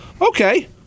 Okay